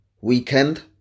weekend